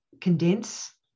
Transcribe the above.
condense